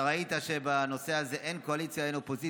אתה ראית שבנושא הזה אין קואליציה ואופוזיציה.